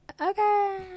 okay